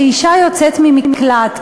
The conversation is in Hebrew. שאישה יוצאת ממקלט,